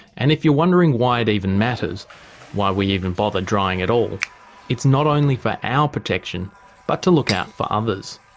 and if you're wondering why it even matters why we even bother drying at all it's not only for our protection but to look out for others.